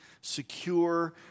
secure